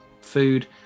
food